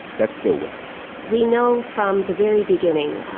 that's still with us we know from the very beginning.